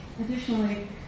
Additionally